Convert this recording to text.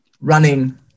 running